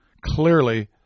clearly